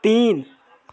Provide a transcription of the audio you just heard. तीन